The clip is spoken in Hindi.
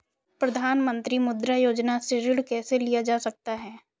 प्रधानमंत्री मुद्रा योजना से ऋण कैसे लिया जा सकता है?